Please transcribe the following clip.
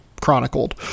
chronicled